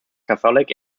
catholic